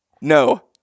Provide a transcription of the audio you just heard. No